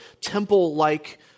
temple-like